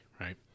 right